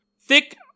Thick